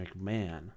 McMahon